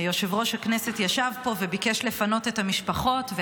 יושב-ראש הכנסת ישב פה וביקש לפנות את המשפחות,